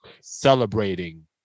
celebrating